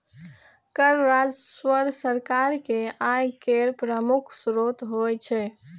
कर राजस्व सरकार के आय केर प्रमुख स्रोत होइ छै